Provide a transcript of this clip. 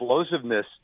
explosiveness